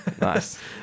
Nice